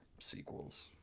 sequels